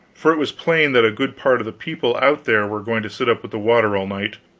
for it was plain that a good part of the people out there were going to sit up with the water all night,